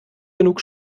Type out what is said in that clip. genug